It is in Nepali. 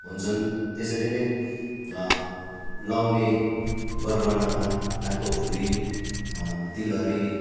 हुन्छन् त्यसरी नै लगाउने गर गहनामा नाकको फुली तिलहरी